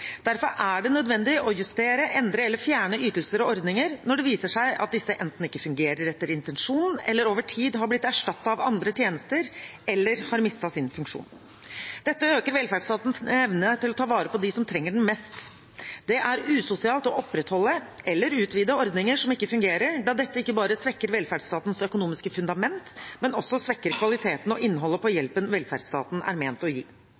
Derfor er det nødvendig å justere, endre eller fjerne ytelser og ordninger når det viser seg at disse enten ikke fungerer etter intensjonen, over tid har blitt erstattet av andre tjenester eller mistet sin funksjon. Dette øker velferdsstatens evne til å ta vare på dem som trenger den mest. Det er usosialt å opprettholde eller utvide ordninger som ikke fungerer, da dette ikke bare svekker velferdsstatens økonomiske fundament, men også kvaliteten og innholdet i hjelpen velferdsstaten er ment å gi.